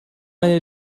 meine